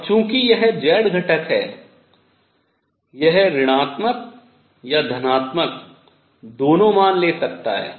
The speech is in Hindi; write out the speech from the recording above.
और चूंकि यह z घटक है यह ऋणात्मक या धनात्मक दोनों मान ले सकता है